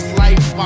life